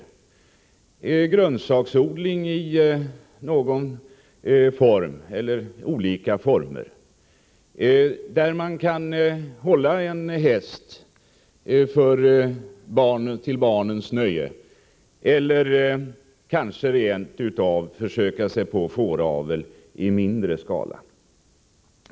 Jag avser då en tomt för grönsaksodling i olika former eller en tomt där man kan hålla en häst till barnens nöje. Kanske kan man rent av försöka sig på fåravel i mindre skala.